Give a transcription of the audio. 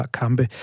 kampe